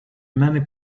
many